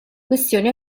questioni